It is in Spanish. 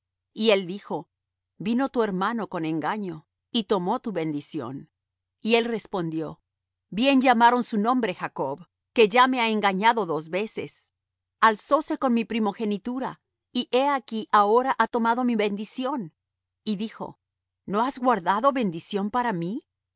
y él dijo vino tu hermano con engaño y tomó tu bendición y él respondió bien llamaron su nombre jacob que ya me ha engañado dos veces alzóse con mi primogenitura y he aquí ahora ha tomado mi bendición y dijo no has guardado bendición para mí